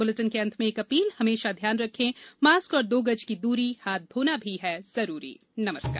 इस बुलेटिन के अंत मे एक अपील हमेशा ध्यान रखे मास्क और दो गज की दूरी हाथ धोना भी है जरूरी नमस्कार